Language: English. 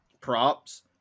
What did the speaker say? props